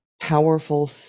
powerful